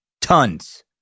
tons